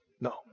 No